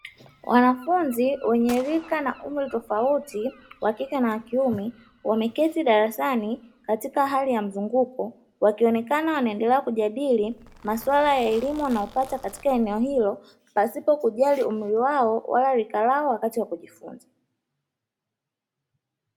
Wanafunzi wenye rika na umri tofauti wa kike na wa kiume wameketi darasani katika hali ya mzunguko wakionekana wanaendelea kujadili masuala ya elimu na kupata katika eneo hilo pasipo kujali umri wao wala rika lao wakati wa kujifunza.